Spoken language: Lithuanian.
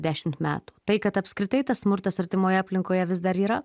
dešimt metų tai kad apskritai tas smurtas artimoje aplinkoje vis dar yra